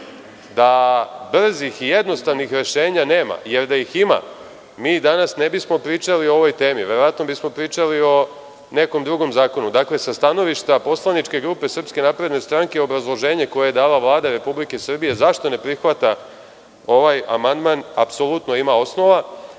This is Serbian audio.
da brzih i jednostavnih rešenja nema, jer da ih ima, mi danas ne bismo pričali o ovoj temi. Verovatno bismo pričali o nekom drugom zakonu. Sa stanovišta poslaničke grupe SNS obrazloženje koje je dala Vlada Republike Srbije zašto ne prihvata ovaj amandman apsolutno ima osnova.